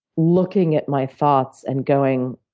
looking at my thoughts and going,